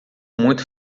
muito